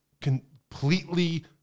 completely